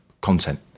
content